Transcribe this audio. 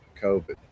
COVID